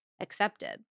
accepted